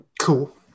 Cool